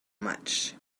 much